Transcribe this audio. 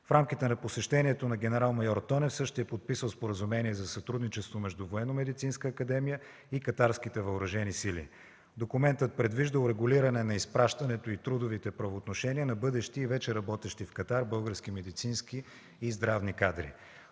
В рамките на посещението на генерал-майор Тонев същият е подписал споразумение за сътрудничество между Военномедицинска академия и Катарските въоръжени сили. Документът предвижда урегулиране на изпращането и трудовите правоотношения на бъдещи и вече работещи в Катар български медицински, здравни кадри.